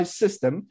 system